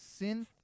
synth